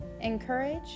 encourage